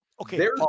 Okay